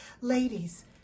Ladies